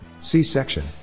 C-section